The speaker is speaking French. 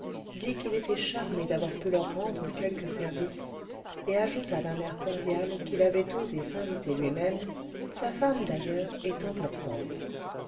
dit qu'il était charmé d'avoir pu leur rendre quelque service et ajouta d'un air cordial qu'il avait osé s'inviter luimême sa femme d'ailleurs étant absente